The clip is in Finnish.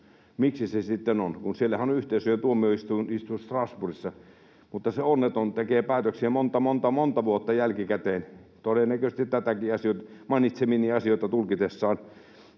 Miksi se sitten on? Siellähän on yhteisöjen tuomioistuin Strasbourgissa, mutta se onneton tekee päätöksiä monta, monta, monta vuotta jälkikäteen. Todennäköisesti näitäkin mainitsemiani asioita tulkitessaan